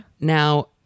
Now